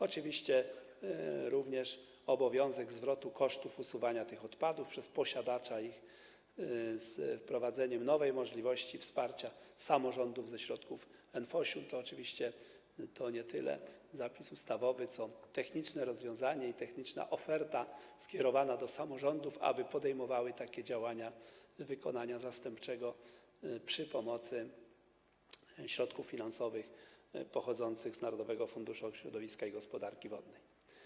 Oczywiście również obowiązek zwrotu kosztów usuwania tych odpadów przez ich posiadacza, z wprowadzeniem nowej możliwości wsparcia samorządów ze środków NFOŚ-u, to oczywiście nie tyle zapis ustawowy, co techniczne rozwiązanie i techniczna oferta skierowana do samorządów, aby podejmowały takie działania wykonania zastępczego za pomocą środków finansowych pochodzących z Narodowego Funduszu Ochrony Środowiska i Gospodarki Wodnej.